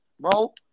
bro